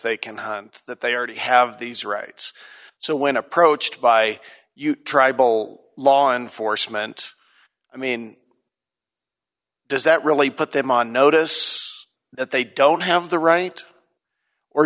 they can that they already have these rights so when approached by tribal law enforcement i mean does that really put them on notice that they don't have the right or